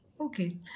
Okay